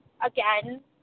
again